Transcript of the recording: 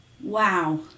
Wow